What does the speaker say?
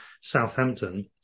Southampton